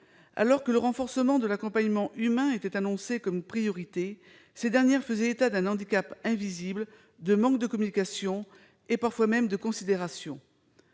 Alors que « le renforcement de l'accompagnement humain » avait été présenté comme une priorité, les familles faisaient état d'un handicap invisible et d'un manque de communication, parfois même de considération.